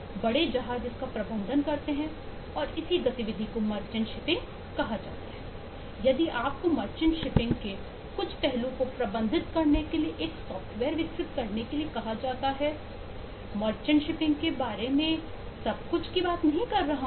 बड़े जहाज इसका प्रबंधन करते हैं और इसी गतिविधि को मर्चेंट शिपिंग में सब कुछ के बारे में बात नहीं कर रहा हूँ